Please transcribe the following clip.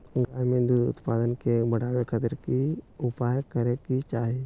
गाय में दूध उत्पादन के बढ़ावे खातिर की उपाय करें कि चाही?